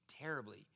terribly